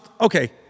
Okay